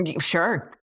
Sure